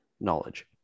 knowledge